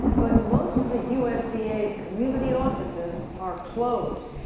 but most of the usda's community offices are closed.